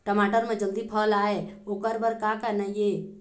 टमाटर म जल्दी फल आय ओकर बर का करना ये?